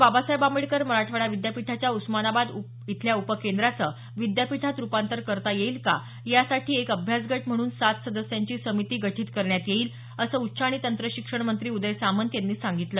बाबासाहेब आंबेडकर मराठवाडा विद्यापीठाच्या उस्मानाबाद इथल्या उपर्केद्राचं विद्यापीठात रूपांतर करता येईल का यासाठी एक अभ्यासगट म्हणून सात सदस्यांची समिती गठीत करण्यात येईल असं उच्च आणि तंत्र शिक्षण मंत्री उदय सामंत यांनी संगितलं